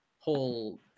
Whole